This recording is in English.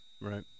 Right